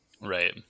Right